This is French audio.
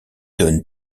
donne